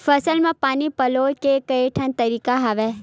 फसल म पानी पलोय के केठन तरीका हवय?